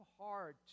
hard